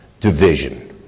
division